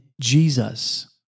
Jesus